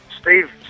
Steve